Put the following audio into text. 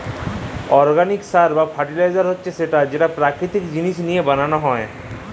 organic সার বা fertiliser হছে যেট পাকিতিক জিলিস লিঁয়ে বালাল হ্যয়